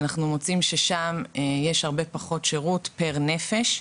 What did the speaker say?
אנחנו מוצאים ששם יש הרבה פחות שירות פר-נפש,